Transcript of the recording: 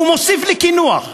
ומוסיף לקינוח: